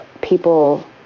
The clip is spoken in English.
people